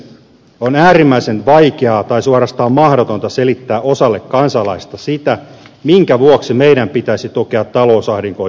on äärimmäisen vaikeaa tai suorastaan mahdotonta selittää osalle kansalaisista sitä minkä vuoksi meidän pitäisi tukea talousahdinkoon joutuneita maita